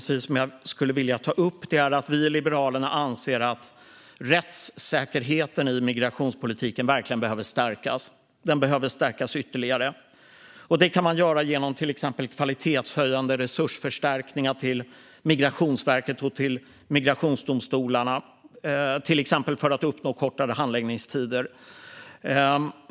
Det andra som jag skulle vilja ta upp är att vi i Liberalerna anser att rättssäkerheten i migrationspolitiken verkligen behöver stärkas ytterligare. Det kan man göra genom att till exempel ge kvalitetshöjande resursförstärkningar till Migrationsverket och migrationsdomstolarna för att uppnå kortare handläggningstider.